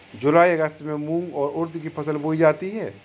जूलाई अगस्त में मूंग और उर्द की फसल बोई जाती है